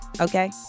okay